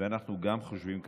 ואנחנו גם חושבים כמוך,